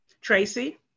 Tracy